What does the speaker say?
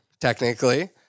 technically